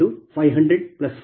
C150041 Pg10